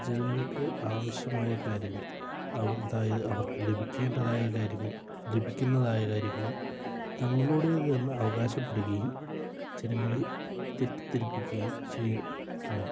ജനങ്ങൾക്ക് ആവശ്യമായ കാര്യങ്ങൾ അതായത് അവർക്ക് ലഭിക്കേണ്ടതായ കാര്യങ്ങളിലും ലഭിക്കുന്നതായ കാര്യങ്ങളും തങ്ങളുടെ ഇതെന്ന് അവകാശപ്പെടുകയും ജനങ്ങളെ തെറ്റിദ്ധരിപ്പിക്കുകയും ചെയ്യുന്നു